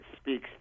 speaks